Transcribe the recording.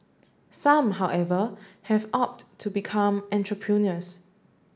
some however have opt to become entrepreneurs